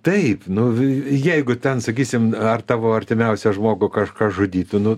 taip nu jeigu ten sakysim ar tavo artimiausią žmogų kažkas žudytų nu